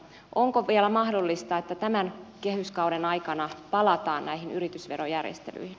onko vielä mahdollista että tämän kehyskauden aikana palataan näihin yritysverojärjestelyihin